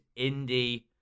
indie